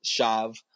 shav